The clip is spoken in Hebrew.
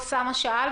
אוסאמה שאל,